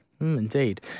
Indeed